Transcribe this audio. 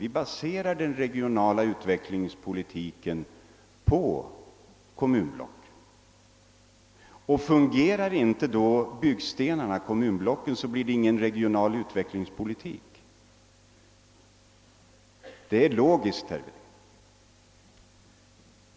Vi baserar den regionala utvecklingspolitiken på kommunblocken. Fungerar inte byggstenarna, kommunblocken, blir det ingen regional utvecklingspolitik. Det är logiskt, herr Wedén.